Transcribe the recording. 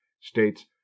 states